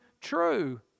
true